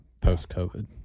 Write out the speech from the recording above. post-COVID